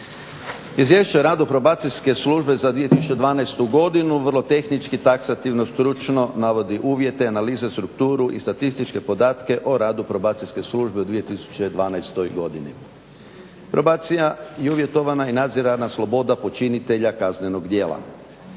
Izvješće o radu Probacijske službe za 2012. godinu vrlo tehnički, taksativno, stručno navodi uvjete, analize, strukturu i statističke podatke o radu Probacijske službe u 2012. godini. Probacija je uvjetovana i nadzirana sloboda počinitelja kaznenog djela.